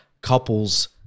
couples